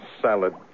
salad